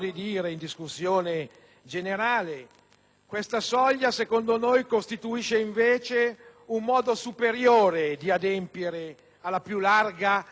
questa soglia, a nostro parere, costituisce invece un modo superiore di adempiere alla più larga e manifesta volontà popolare.